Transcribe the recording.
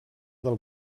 del